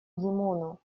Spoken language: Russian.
муну